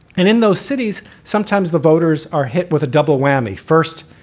and in those cities, sometimes the voters are hit with a double whammy first.